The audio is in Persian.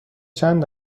چند